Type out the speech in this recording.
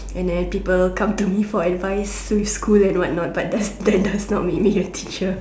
and then people come to me for advice with school and what not but that does not make me a teacher